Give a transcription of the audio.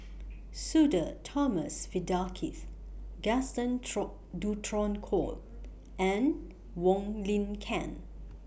Sudhir Thomas Vadaketh Gaston Dutronquoy and Wong Lin Ken